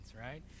right